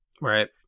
Right